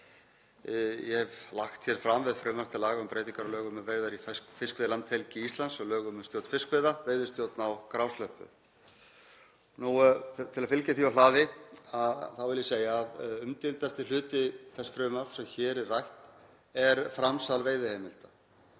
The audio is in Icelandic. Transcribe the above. ég hef lagt fram við frumvarp til laga um breytingar á lögum um veiðar í fiskveiðilandhelgi Íslands og lögum um stjórn fiskveiða, veiðistjórn á grásleppu. Til að fylgja því úr hlaði þá vil ég segja að umdeildasti hluti þess frumvarps sem hér er rætt er framsal veiðiheimilda.